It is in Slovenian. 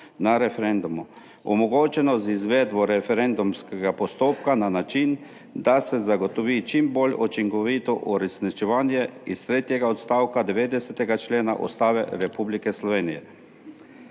na referendumu omogočeno z izvedbo referendumskega postopka na način, da se zagotovi čim bolj učinkovito uresničevanje iz tretjega odstavka 90. člena Ustave Republike Slovenije.